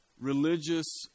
religious